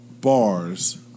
bars